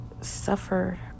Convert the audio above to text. suffer